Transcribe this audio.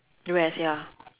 west ya